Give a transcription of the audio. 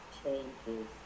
changes